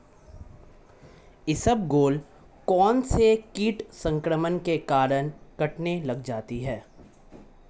इसबगोल कौनसे कीट संक्रमण के कारण कटने लग जाती है?